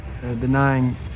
denying